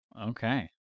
Okay